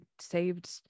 saved